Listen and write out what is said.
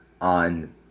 on